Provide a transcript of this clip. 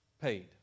paid